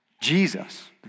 Jesus